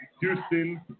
Houston